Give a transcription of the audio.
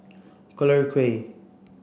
Collyer Quay